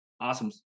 awesome